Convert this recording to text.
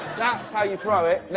that's how you throw it. yeah